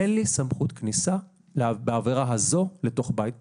אין לי סמכות כניסה בעבירה הזו לתוך בית פרטי.